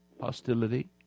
hostility